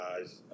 guys